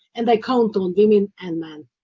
and i count on women and men.